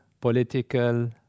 political